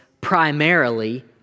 primarily